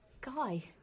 guy